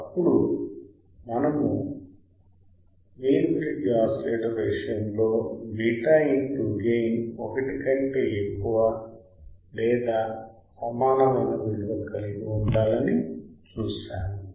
అప్పుడు మనము Wien bridge oscillator విషయంలో బీటా గెయిన్ 1 కంటే ఎక్కువ లేదా సమానమైన విలువ కలిగి ఉండాలని చూశాము